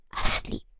asleep